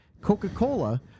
Coca-Cola